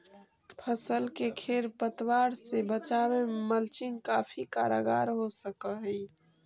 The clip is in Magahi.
फसल के खेर पतवार से बचावे में मल्चिंग काफी कारगर हो सकऽ हई